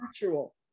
virtual